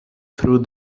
through